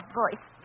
voice